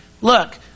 look